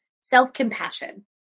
Self-compassion